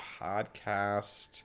podcast